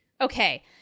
Okay